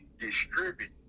distribute